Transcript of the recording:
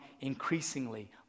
increasingly